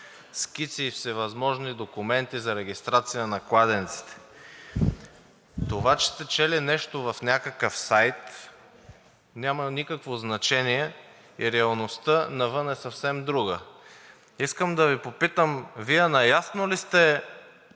скици и всевъзможни документи за регистрация на кладенците? Това, че сте чели нещо в някакъв сайт няма никакво значение и реалността навън е съвсем друга. Искам да Ви попитам Вие наясно ли сте